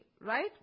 right